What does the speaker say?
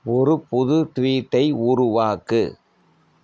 ஒரு புது ட்வீட்டை உருவாக்கு